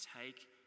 take